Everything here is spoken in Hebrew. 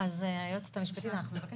יעל רון בן משה (כחול לבן): אגב,